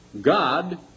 God